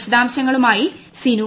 വിശദാംശങ്ങളുമായി സിനു